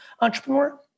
entrepreneur